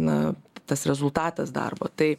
na tas rezultatas darbo tai